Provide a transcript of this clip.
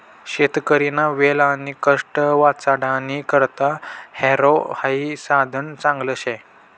शेतकरीना वेळ आणि कष्ट वाचाडानी करता हॅरो हाई साधन चांगलं शे